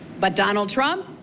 but donald trump?